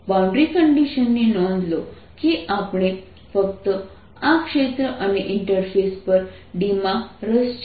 અને boundary condition ની નોંધ લો કે આપણને ફક્ત આ ક્ષેત્ર અને ઇન્ટરફેસ પર D માં રસ છે